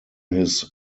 his